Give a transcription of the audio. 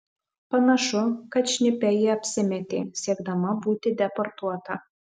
panašu kad šnipe ji apsimetė siekdama būti deportuota